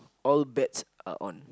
all bets are on